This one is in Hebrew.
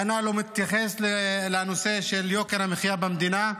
כך הוא מתייחס לנושא של יוקר המחיה במדינה.